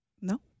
No